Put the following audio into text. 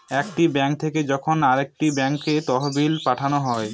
একটি ব্যাঙ্ক থেকে যখন আরেকটি ব্যাঙ্কে তহবিল পাঠানো হয়